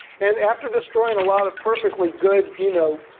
and after destroying a lot of perfectly good, you know,